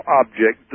object